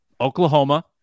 Oklahoma